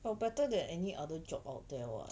but better than any other job out there [what]